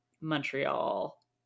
Montreal